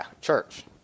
church